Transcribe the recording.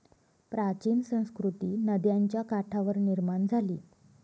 प्राचीन संस्कृती नद्यांच्या काठावर निर्माण झाली